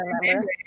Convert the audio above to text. remember